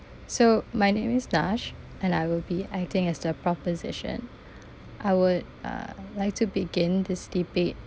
so my name is nash and I will be acting as the proposition I would uh like to begin this debate